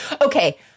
okay